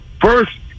First